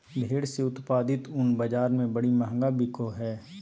भेड़ से उत्पादित ऊन बाज़ार में बड़ी महंगा बिको हइ